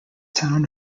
town